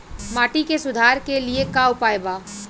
माटी के सुधार के लिए का उपाय बा?